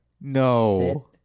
No